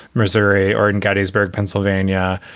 missouri, or in gettysburg, pennsylvania.